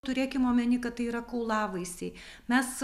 turėkim omeny kad tai yra kaulavaisiai mes